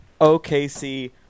OKC